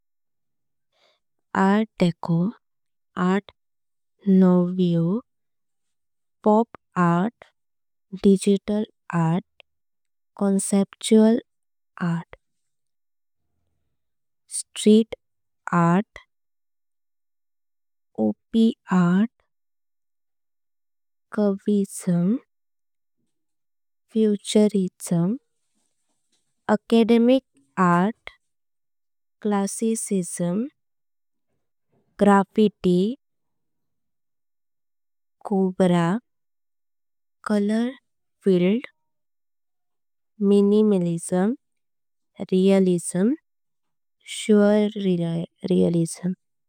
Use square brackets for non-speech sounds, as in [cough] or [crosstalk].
Art deco, art nouveau, pop art, digital art. Conceptual art, [hesitation] street art. Op art, cubism, futurism, academic art. Classicism, graffiti, cobra, colour field. Minimalism, realism, [hesitation] surrealism.